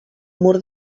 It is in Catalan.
mur